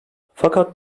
fakat